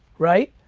right?